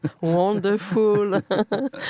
Wonderful